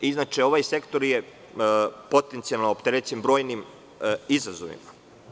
Inače ovaj sektor je potencijalno opterećen brojnim izazovima.